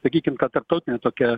sakykim kad tarptautinė tokia